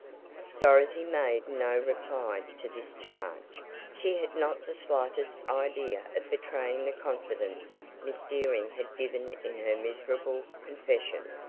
dorothy made no reply to this charge she had not the slightest idea of betraying the confidence miss dearing had given in her miserable confession.